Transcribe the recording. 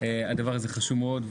הדבר הזה חשוב מאוד.